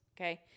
okay